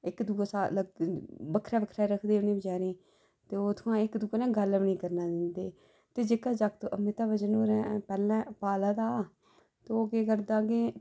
इक दुऐ दे शा अलग बक्खरा बक्खरा रखदे उ'नें बचारें गी उत्थुआं इक दुऐ कन्नै गल्ल बी नी करन दिंदे ते जेह्का जागत अमिताबचन होरे पैह्लें पाले दा ते ओह् केह् करदा के